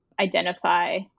identify